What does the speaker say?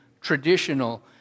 traditional